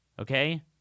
Okay